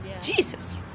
Jesus